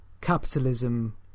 capitalism